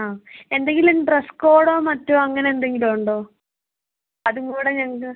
ആ എന്തെങ്കിലും ഡ്രസ്സ് കോഡോ മറ്റോ അങ്ങനെന്തെങ്കിലും ഉണ്ടോ അതുംകൂടെ ഞങ്ങൾക്ക്